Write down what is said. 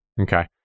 Okay